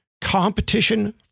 competition